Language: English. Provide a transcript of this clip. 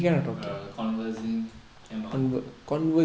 err conversing cannot